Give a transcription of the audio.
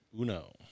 Uno